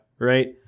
right